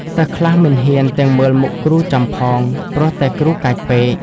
សិស្សខ្លះមិនហ៊ានទាំងមើលមុខគ្រូចំផង ព្រោះតែគ្រូកាចពេក។